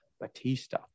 Batista